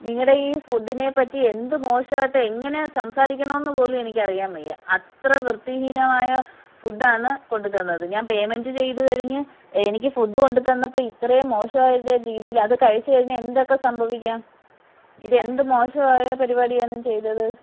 നിങ്ങളുടെ ഈ ഫുഡിനെപ്പറ്റി എന്ത് മോശായിട്ട് എങ്ങനെ സംസാരിക്കണമെന്നു പോലും എനിക്കറിയാൻ വയ്യ അത്ര വൃത്തിഹീനമായ ഫുഡാണ് കൊണ്ടു തന്നത് ഞാൻ പേയ്മെൻ്റ് ചെയ്തു കഴിഞ്ഞ് എനിക്ക് ഫുഡ്കൊണ്ട് തന്നപ്പം ഇത്രയും മോശമായൊരു രീതിയിൽ അത് അത് കഴിച്ചു കഴിഞ്ഞാൽ എന്തൊക്കെ സംഭവിക്കാം ഇത് എന്ത് മോശമായ പരിപാടിയാണ് ചെയ്തത്